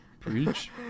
preach